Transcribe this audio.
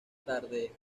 tarde